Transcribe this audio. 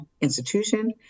institution